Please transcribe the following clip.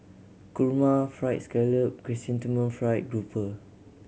kurma Fried Scallop Chrysanthemum Fried Grouper